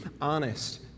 honest